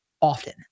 often